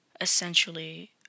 essentially